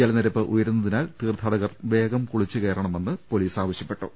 ജലനിരപ്പ് ഉയരുന്നതിനാൽ തീർത്ഥാടകർ വേഗം കുളിച്ചു കയറണമെന്ന് പൊലീസ് ആവശ്യപ്പെ ട്ടു